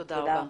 תודה.